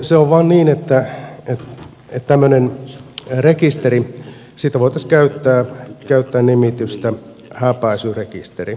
se on vain niin että tämmöisestä rekisteristä voitaisiin käyttää nimitystä häpäisyrekisteri